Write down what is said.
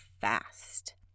fast